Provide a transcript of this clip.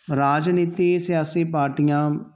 ਰਾਜਨੀਤੀ ਸਿਆਸੀ ਪਾਰਟੀਆਂ